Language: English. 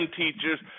teachers